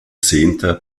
zehnter